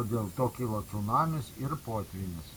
o dėl to kilo cunamis ir potvynis